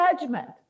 judgment